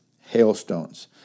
hailstones